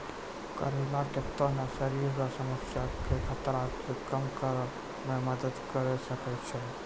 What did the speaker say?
करेला कत्ते ने शरीर रो समस्या के खतरा के कम करै मे मदद करी सकै छै